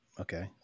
okay